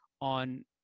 on